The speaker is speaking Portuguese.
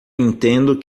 entendo